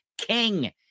king